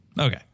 Okay